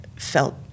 Felt